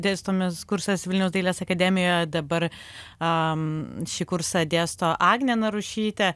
dėstomas kursas vilniaus dailės akademijoje dabar a šį kursą dėsto agnė narušytė